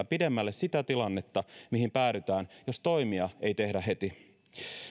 pidemmälle sitä tilannetta mihin päädytään jos toimia ei tehdä heti